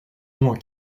moins